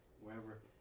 wherever